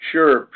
Sure